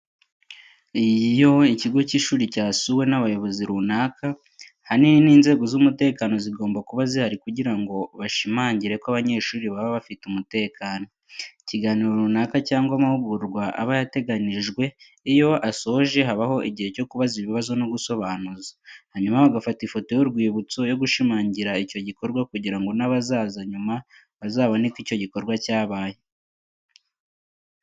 Iyo ikigo cy'ishuri cyasuwe n'abayobozi runaka, ahanini n'inzego z'umutekano zigomba kuba zihari kugira ngo bashimangire ko abanyeshuri baba bafite umutekano. Ikiganiro runaka cyangwa amahugurwa aba yateganijwe iyo asoje habaho igihe cyo kubaza ibibazo no gusobanuza, hanyuma bagafata ifoto y'urwibutso yo gushimangira icyo gikorwa kugira ngo n'abazaza nyuma bazabone ko icyo gikorwa cyabaye.